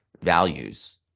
values